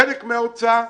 חלק מההוצאה.